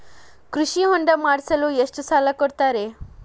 ಕೃಷಿ ಹೊಂಡ ಮಾಡಿಸಲು ಎಷ್ಟು ಸಾಲ ಕೊಡ್ತಾರೆ?